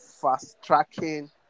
fast-tracking